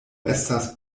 estas